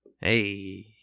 Hey